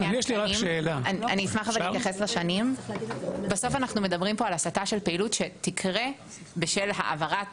בסוף אנחנו מדברים פה על הסטה של פעילות שתקרה בשל העברת